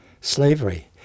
slavery